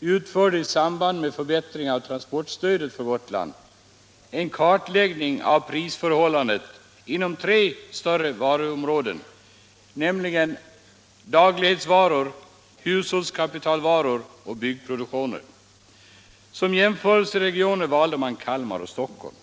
i samband med förbättringen av transportstödet för Gotland utförde en kartläggning av prisförhållandet inom tre större varuområden, nämligen dagligvaror, hushållskapitalvaror och byggprodukter. Som jämförelseregioner valde man Kalmar och Stockholm.